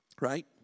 Right